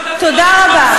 תודה רבה.